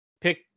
Pick